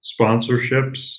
sponsorships